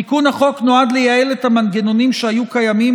תיקון החוק נועד לייעל את המנגנונים שהיו קיימים